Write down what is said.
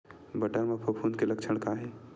बटर म फफूंद के लक्षण का हे?